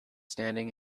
standing